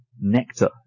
Nectar